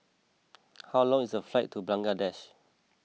how long is the flight to Bangladesh